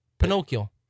Pinocchio